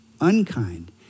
unkind